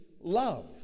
love